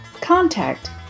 Contact